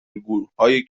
الگوهای